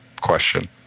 question